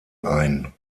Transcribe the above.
ein